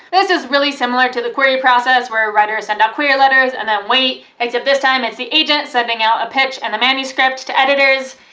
this is really similar to the query process, where writers send out query letters and then wait, except this time it's the agent sending out a pitch and the manuscript to editors,